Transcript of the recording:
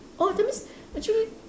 orh that means actually